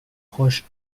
roche